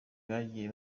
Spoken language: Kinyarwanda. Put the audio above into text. byagiye